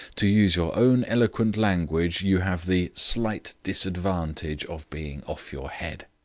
to use your own eloquent language, you have the slight disadvantage of being off your head.